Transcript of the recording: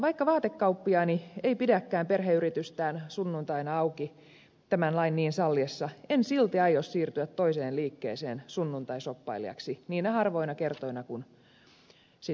vaikka vaatekauppiaani ei pidäkään perheyritystään sunnuntaina auki tämän lain niin salliessa en silti aio siirtyä toiseen liikkeeseen sunnuntaishoppailijaksi niinä harvoina kertoina kun sitä teen